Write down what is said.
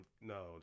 no